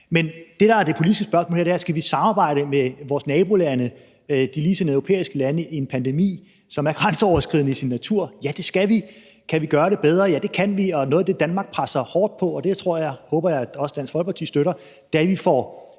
Men det, der er det politiske spørgsmål her, er: Skal vi samarbejde med vores nabolande, de ligesindede europæiske lande, i en pandemi, som er grænseoverskridende i sin natur? Ja, det skal vi. Kan vi gøre det bedre? Ja, det kan vi, og noget af det, Danmark presser hårdt på for, og det tror og håber jeg også Dansk Folkeparti støtter, er, at vi får